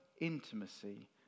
intimacy